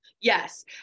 Yes